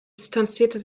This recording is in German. distanzierte